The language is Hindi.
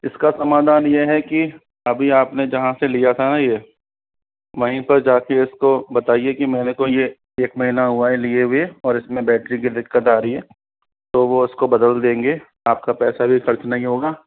इसका समाधान ये है कि अभी आपने जहाँ से लिया था ना ये वहीं पर जाके उसको बताइए कि मैंने तो ये एक महीना हुआ है ये लिए हुए और इसमें बेटरी की दिक्कत आ रही है तो वो उसको बदल देंगे आपका पेसा भी खर्च नहीं होगा